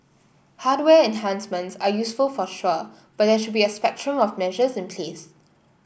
hardware enhancements are useful for sure but there should be a spectrum of measures in place